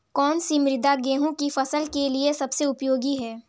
कौन सी मृदा गेहूँ की फसल के लिए सबसे उपयोगी है?